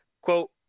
quote